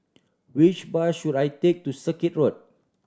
which bus should I take to Circuit Road